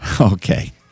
Okay